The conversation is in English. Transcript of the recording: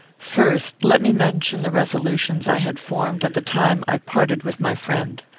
first, let me mention the resolutions i had formed at the time i parted with my friend.